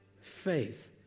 faith